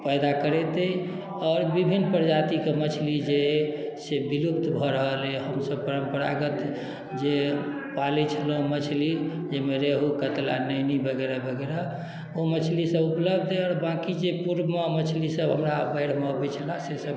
पैदा करैत अइ आओर विभिन्न प्रजातिके मछली जे अइ से विलुप्त भऽ रहल अइ हमसभ परम्परागत जे पालैत छलहुँ मछली जाहिमे रेहु कतला नेनी वगैरह वगैरह ओ मछलीसभ उपलब्ध अइ आओर बाँकी जे पूर्वमे मछलीसभ हमरा बाढ़िमे अबैत छलए सेसभ